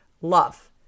Love